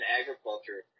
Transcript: agriculture